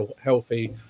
healthy